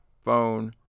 phone